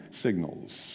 signals